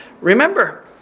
Remember